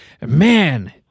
man